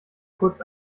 kurz